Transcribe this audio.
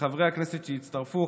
לחברי הכנסת שהצטרפו,